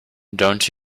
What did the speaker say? don’t